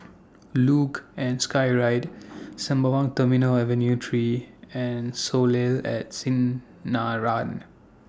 Luge and Skyride Sembawang Terminal Avenue three and Soleil At Sinaran